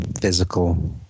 physical